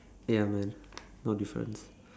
ya man no difference